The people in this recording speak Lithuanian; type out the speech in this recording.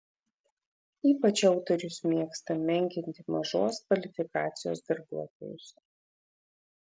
ypač autorius mėgsta menkinti mažos kvalifikacijos darbuotojus